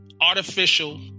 artificial